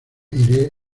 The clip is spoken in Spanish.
iré